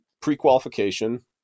pre-qualification